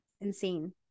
insane